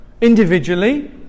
individually